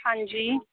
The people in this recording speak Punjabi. ਹਾਂਜੀ